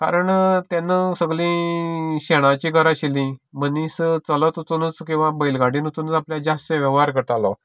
कारण तेन्ना सगलें शेणाचीं घरां आशिल्ली मनीत चलत वच किंवा बैलगाडयेनूच आपलो जास्त वेव्हार करतालो